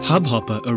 Hubhopper